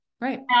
right